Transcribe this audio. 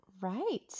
Right